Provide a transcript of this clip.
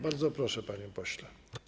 Bardzo proszę, panie pośle.